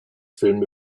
filme